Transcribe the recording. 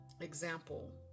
example